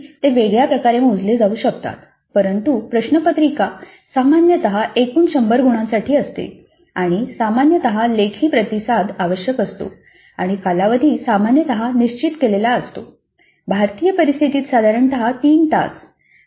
तर शेवटी ते वेगळ्या प्रकारे मोजले जाऊ शकतात परंतु प्रश्नपत्रिका सामान्यत एकूण 100 गुणांसाठी असते आणि सामान्यत लेखी प्रतिसाद आवश्यक असतो आणि कालावधी सामान्यत निश्चित केलेला असतो भारतीय परिस्थितीत साधारणत 3 तास